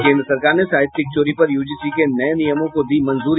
और केंद्र सरकार ने साहित्यिक चोरी पर यूजीसी के नये नियमों को दी मंजूरी